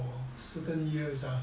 certain years ah